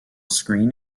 screen